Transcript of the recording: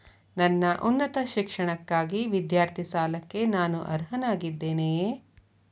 ನನ್ನ ಉನ್ನತ ಶಿಕ್ಷಣಕ್ಕಾಗಿ ವಿದ್ಯಾರ್ಥಿ ಸಾಲಕ್ಕೆ ನಾನು ಅರ್ಹನಾಗಿದ್ದೇನೆಯೇ?